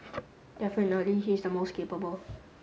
definitely he's the most capable